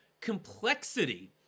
complexity